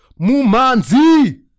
Mumanzi